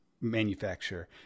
manufacturer